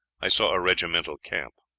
i saw a regimental camp.